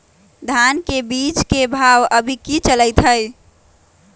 धान के बीज के भाव अभी की चलतई हई?